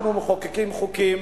אנחנו מחוקקים חוקים